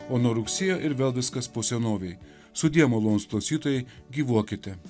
o nuo rugsėjo ir vėl viskas po senovei sudie malonūs klausytojai gyvuokite